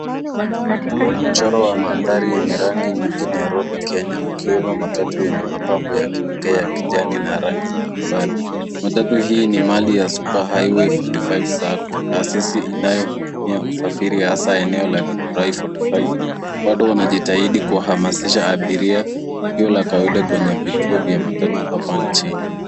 Huu ni mchoro wa mandhari yenye rangi nyingi Nairobi, Kenya, ukiwemo matatu yenye mapambo ya kipekee ya kijani na rangi mbalimbali. Matatu hii ni mali ya Superhighway 45 SACCO, taasisi inayohudumia usafiri hasa eneo la Githurai 45. Watu wanajitahidi kuhamasisha abiria, tukio la kawaida kwenye vituo vya matatu hapa nchini.